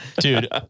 Dude